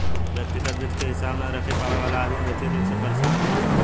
व्यग्तिगत वित्त के हिसाब न रख पावे वाला अदमी वित्तीय रूप से परेसान होखेलेन